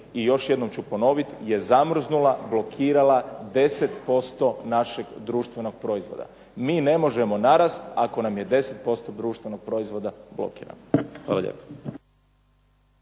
i još jednom ću ponoviti, je zamrznula, blokirala 10% našeg društvenog proizvoda. Mi ne možemo narasta ako nam je 10% društvenog proizvoda blokirano. Hvala lijepo.